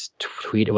tweet, ah